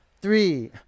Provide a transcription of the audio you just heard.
three